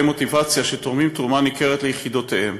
מוטיבציה שתורמים תרומה ניכרת ליחידותיהם.